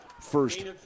first